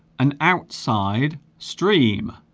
an outside stream